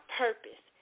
purpose